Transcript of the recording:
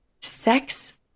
sex